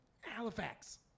Halifax